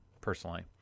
personally